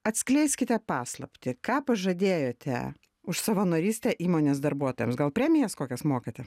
atskleiskite paslaptį ką pažadėjote už savanorystę įmonės darbuotojams gal premijas kokias mokate